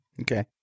Okay